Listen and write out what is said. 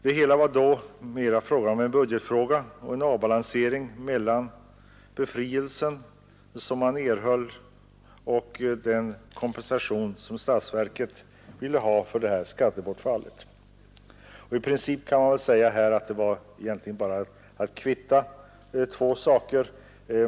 Det hela var mera en budgetfråga och en avbalansering mellan den skattebefrielse som bl.a. exportindustrin erhöll och den kompensation som statsverket ville ha för skattebortfallet. I princip kan man säga att det egentligen bara var att kvitta två saker.